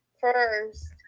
first